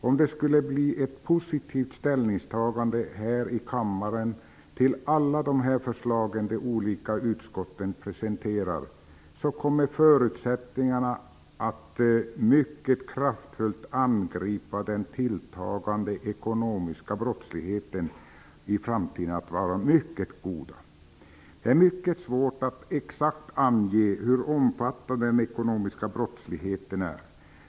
Om det skulle bli ett positivt ställningstagande här i kammaren till alla de förslag som de olika utskotten presenterar, kommer förutsättningarna för att mycket kraftfullt angripa den tilltagande ekonomiska brottsligheten i framtiden att vara mycket goda. Det är väldigt svårt att exakt ange hur omfattande den ekonomiska brottsligheten är.